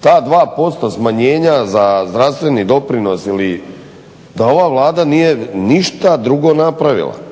ta dva posto smanjenja za zdravstveni doprinos ili da ova Vlada nije ništa drugo napravila.